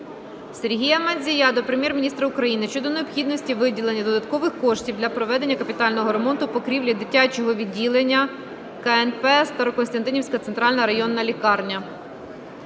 Сергія Мандзія до Прем'єр-міністра України щодо необхідності виділення додаткових коштів для проведення капітального ремонту покрівлі дитячого відділення КНП "Старокостянтинівська центральна районна лікарня".